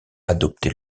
adopté